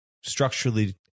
structurally